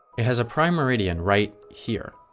it has a prime meridian right. here.